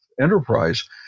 enterprise